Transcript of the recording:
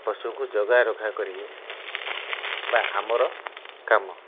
ପଶୁଙ୍କୁ ଜଗାରଖା କରିକି ବା ଆମର କାମ